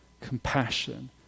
compassion